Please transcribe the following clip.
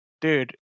dude